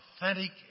authentic